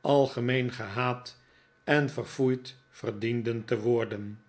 algemeen gehaat en verfoeid verdienden te worden